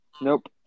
Nope